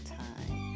time